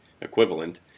equivalent